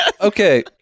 okay